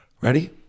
Ready